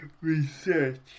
research